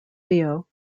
theo